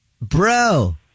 Bro